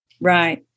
Right